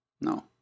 No